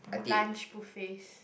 lunch buffets